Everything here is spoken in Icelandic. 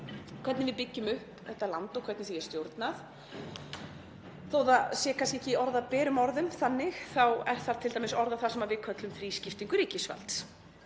hvernig við byggjum upp þetta land og hvernig því er stjórnað. Þótt það sé kannski ekki orðað berum orðum þannig þá er þar t.d. orðað það sem við köllum þrískiptingu ríkisvalds: